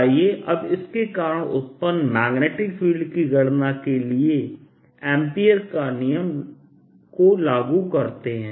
आइए अब इसके कारण उत्पन्न मैग्नेटिक फील्ड की गणना के लिए एम्पीयर का नियमAmpere's Law को लागू करते हैं